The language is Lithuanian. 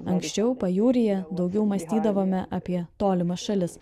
anksčiau pajūryje daugiau mąstydavome apie tolimas šalis